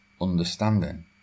understanding